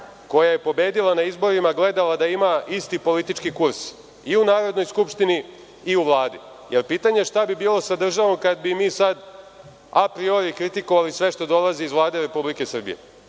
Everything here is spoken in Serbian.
koja je pobedila na izborima gledala da ima isti politički kurs i u Narodnoj skupštini i u Vladi. Pitanje je šta bi bilo sa državom kada bi mi sada apriori kritikovali sve što dolazi iz Vlade Republike Srbije